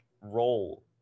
role